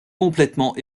complètement